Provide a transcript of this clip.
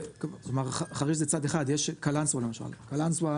יש את קלנסווה למשל קלנסווה